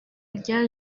rya